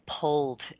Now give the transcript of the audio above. pulled